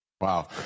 Wow